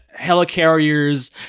helicarriers